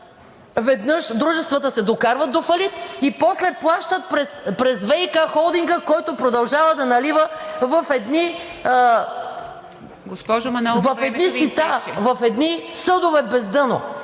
веднъж дружествата се докарват до фалит и после плащат през ВиК холдинга, който продължава да налива в едни сита… ПРЕДСЕДАТЕЛ ИВА